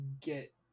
get